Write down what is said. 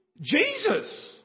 Jesus